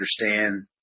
understand